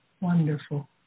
wonderful